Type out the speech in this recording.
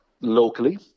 locally